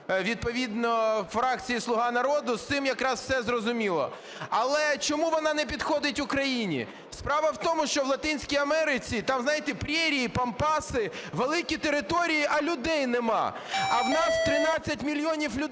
відповідно фракції "Слуга народу". З цим якраз все зрозуміло. Але чому вона не підходить Україні? Справа в тому, що в Латинській Америці - там, знаєте, прерії, пампаси, великі території, а людей немає, а в нас 13 мільйонів людей